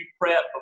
prep